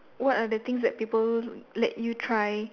what are the things that people let you try